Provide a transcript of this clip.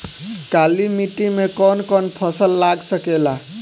काली मिट्टी मे कौन कौन फसल लाग सकेला?